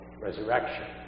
resurrection